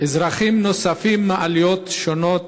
אזרחים נוספים מעליות שונות